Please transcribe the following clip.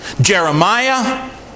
Jeremiah